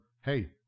hey